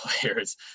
players